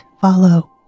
follow